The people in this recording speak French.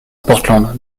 portland